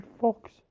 Fox